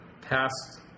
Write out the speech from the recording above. past